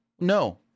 No